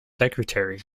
secretary